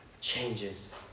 changes